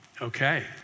okay